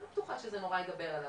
אני לא בטוחה שזה נורא ידבר אליו.